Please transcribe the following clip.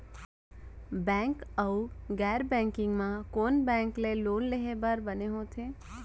Bank अऊ गैर banking म कोन बैंक ले लोन लेहे बर बने होथे?